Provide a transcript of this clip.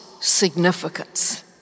significance